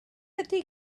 ydy